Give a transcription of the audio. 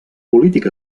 polític